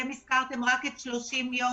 אתם הזכרתם רק את 30 יום.